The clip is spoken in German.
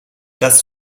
das